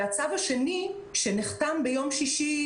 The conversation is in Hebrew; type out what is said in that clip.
והצו השני שנחתם ביום שישי,